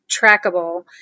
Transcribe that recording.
trackable